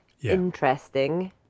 interesting